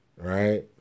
right